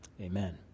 Amen